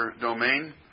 domain